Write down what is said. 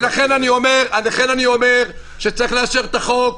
ולכן אני אומר שצריך לאשר את החוק,